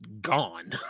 gone